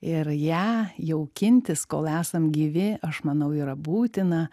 ir ją jaukintis kol esam gyvi aš manau yra būtina